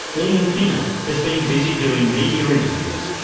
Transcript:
ian pinner has been busy doing media interviews,